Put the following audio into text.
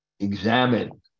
Examine